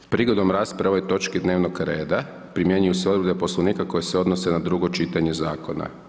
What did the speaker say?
Prigodom rasprave o ovoj točki dnevnog reda primjenjuju se odredbe Poslovnika koje se odnose na drugo čitanje zakona.